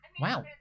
Wow